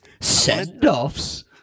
send-offs